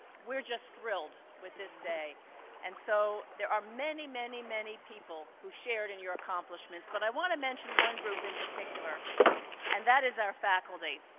we're just thrilled with this day and so there are many, many, many people who shared in your accomplishments. but i want to mention one group in particular and that is our faculty.